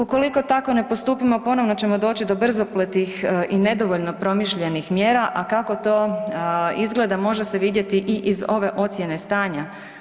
Ukoliko tako ne postupimo ponovno ćemo doći do brzopletih i nedovoljno promišljenih mjera, a kako to izgleda može se vidjeti i iz ove ocijene stanja.